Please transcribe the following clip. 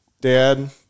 dad